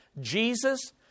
Jesus